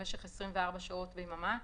במשך 24 שעות ביממה,